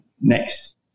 next